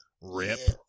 Rip